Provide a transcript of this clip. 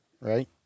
right